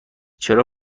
چرا